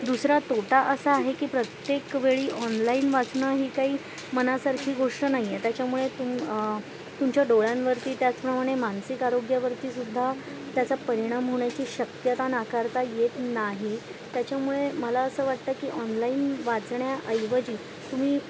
दुसरा तोटा असा आहे की प्रत्येक वेळी ऑनलाईन वाचणं ही काही मनासारखी गोष्ट नाही आहे त्याच्यामुळे तुम तुमच्या डोळ्यांवरती त्याचप्रमाणे मानसिक आरोग्यावरती सुद्धा त्याचा परिणाम होण्याची शक्यता नाकारता येत नाही त्याच्यामुळे मला असं वाटतं की ऑनलाईन वाचण्याऐवजी तुम्ही